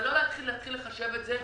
ולא להתחיל לחשב את זה,